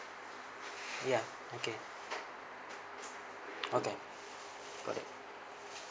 ya okay okay got it